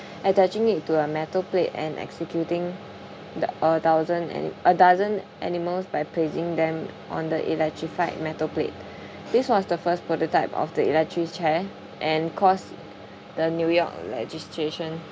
attaching it to a metal plate and executing th~ a thousand ani~ a dozen animals by placing them on the electrified metal plate this was the first prototype of the electric chair and cost the new york legislation